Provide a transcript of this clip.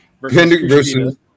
versus